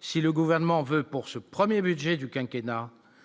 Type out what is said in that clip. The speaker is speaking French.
si le gouvernement veut pour ce 1er budget du quinquennat